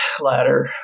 ladder